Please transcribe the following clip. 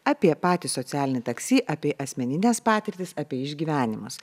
apie patį socialinį taksi apie asmenines patirtis apie išgyvenimus